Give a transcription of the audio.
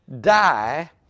die